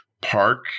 park